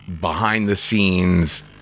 behind-the-scenes